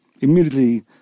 immediately